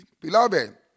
beloved